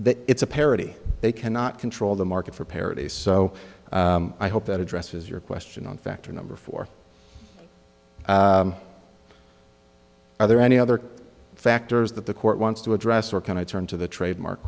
that it's a parody they cannot control the market for parity so i hope that addresses your question on factor number four are there any other factors that the court wants to address or kind of turn to the trademark